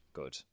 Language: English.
good